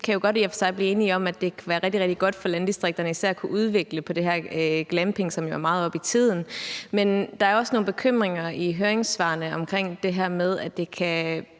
rigtig godt for især landdistrikterne at kunne udvikle det her med glamping, som jo er meget oppe i tiden. Men der er også nogle bekymringer i høringssvarene omkring det her med, at det kan